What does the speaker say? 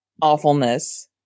awfulness